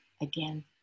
again